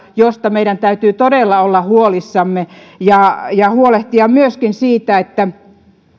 joista meidän täytyy todella olla huolissamme ja täytyy huolehtia myöskin siitä että